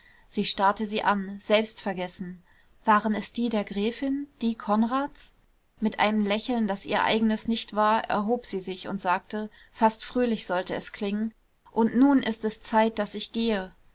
sie starrte sie an selbstvergessen waren es die der gräfin die konrads mit einem lächeln das ihr eigenes nicht war erhob sie sich und sagte fast fröhlich sollte es klingen und nun ist es zeit daß ich gehe